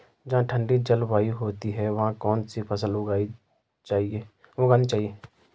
जहाँ ठंडी जलवायु होती है वहाँ कौन सी फसल उगानी चाहिये?